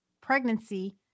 pregnancy